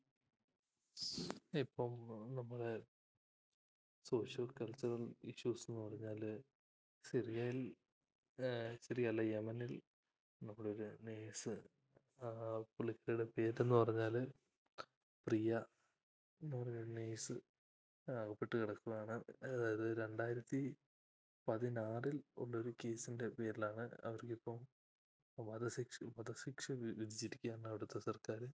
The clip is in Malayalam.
ഇപ്പം നമ്മളെ സോഷ്യൽ കൾച്ചറൽ ഇഷ്യൂസ് എന്നു പറഞ്ഞാൽ സിറിയയിൽ സിറിയ അല്ല യമനിൽ നമ്മളൊരു നർസ് പുള്ളികാരിയുടെ പേരെന്നു പറഞ്ഞാൽ റിയ എന്നു പറഞ്ഞൊരു നർസ് പെട്ടുകിടക്കുകയാണ് അതായത് രണ്ടായിരത്തി പതിനാറിൽ ഉള്ളൊരു കേസിൻ്റെ പേരിലാണ് അവർക്കിപ്പം വധശിക്ഷ വധശിക്ഷ വിധിച്ചിരിക്കുകയാണ് അവിടത്തെ സർക്കാർ